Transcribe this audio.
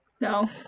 no